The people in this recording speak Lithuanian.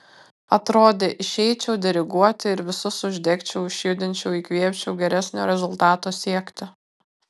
atrodė išeičiau diriguoti ir visus uždegčiau išjudinčiau įkvėpčiau geresnio rezultato siekti